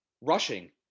Rushing